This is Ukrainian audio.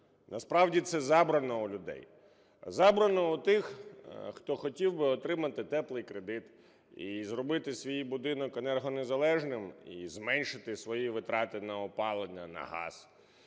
Насправді це забрано у людей. Забрано у тих, хто хотів би отримати "теплий кредит" і зробити свій будинок енергонезалежним і зменшити свої витрати на опалення, на газ.